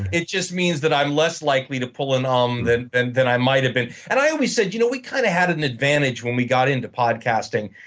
it just means that i'm less likely to pull an um than and than i might have been. and i always said you know we kind of had an advantage when we got into podcasting.